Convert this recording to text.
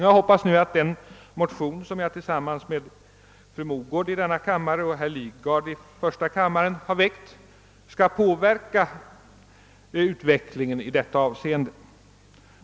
Jag hoppas nu att det motionspar som jag tillsammans med fru Mogård i denna kammare och herr Lidgard i första kammaren har väckt skall påverka utvecklingen i detta avseende.